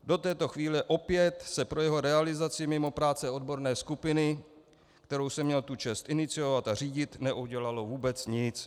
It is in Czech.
Do této chvíle opět se pro jeho realizaci mimo práce odborné skupiny, kterou jsem měl tu čest iniciovat a řídit, neudělalo vůbec nic.